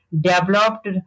developed